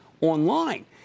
online